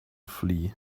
flee